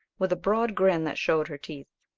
with a broad grin that showed her teeth.